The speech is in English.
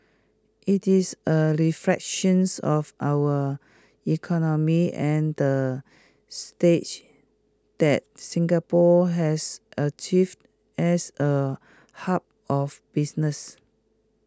IT is A reflections of our economy and the stage that Singapore has achieved as A hub of business